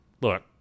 look